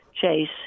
chase